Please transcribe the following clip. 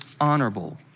honorable